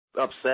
upset